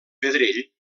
pedrell